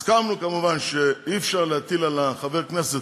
הסכמנו, כמובן, שאי-אפשר להטיל על חבר כנסת